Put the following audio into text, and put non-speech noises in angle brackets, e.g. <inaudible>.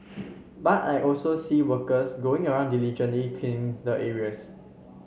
<noise> but I also see workers going around diligently cleaning the areas